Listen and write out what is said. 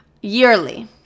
Yearly